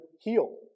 heal